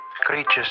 Creatures